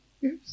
Yes